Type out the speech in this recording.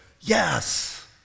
Yes